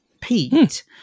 Pete